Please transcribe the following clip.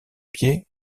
pied